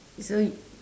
so